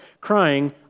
crying